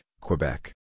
Quebec